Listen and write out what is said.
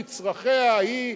מצרכיה היא,